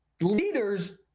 leaders